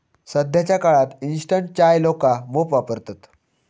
सध्याच्या काळात इंस्टंट चाय लोका मोप वापरतत